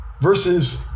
versus